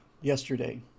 yesterday